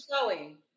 showing